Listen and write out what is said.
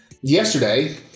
yesterday